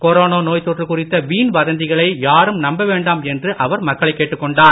corona நோய் தொற்று குறித்த வீண் வதந்திகளை யாரும் நம்ப வேண்டாம் என்று அவர் மக்களை கேட்டுக் கொண்டார்